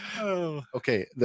okay